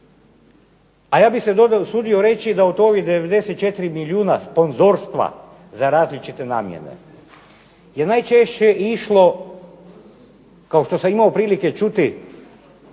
a ja bih se usudio reći da ovih 94 milijuna sponzorstva za različite namjene je najčešće išlo kao što sam imao prilike čuti